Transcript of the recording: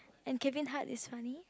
and Kevin-Hart is funny